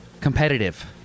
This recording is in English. Competitive